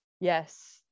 Yes